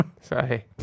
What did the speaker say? Sorry